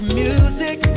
music